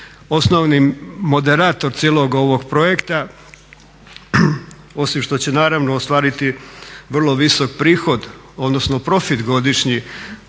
osnovni moderator cijelog ovog projekta, osim što će naravno ostvariti vrlo visok prohod odnosno profit godišnji